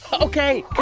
ok,